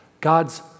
God's